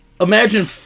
Imagine